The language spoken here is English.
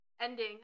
ending